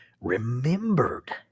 remembered